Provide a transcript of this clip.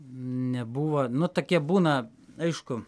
nebuvo nu takie būna aišku